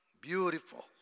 Beautiful